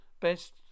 best